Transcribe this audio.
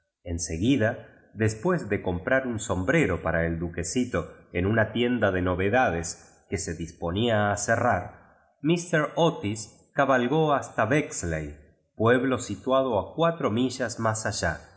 seguida después de comprar un som brero para el duquesito en una tienda de novedad que se disponía a cerrar rnister otis cabalgó basta bexlev pueblo situado cuatro millas más allá